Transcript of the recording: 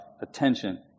attention